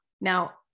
Now